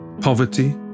poverty